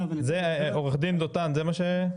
עו"ד דותן, זה מה שהתכוונת?